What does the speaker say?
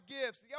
gifts